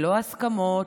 ללא הסכמות,